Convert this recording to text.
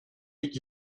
eat